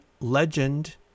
Legend